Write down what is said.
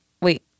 wait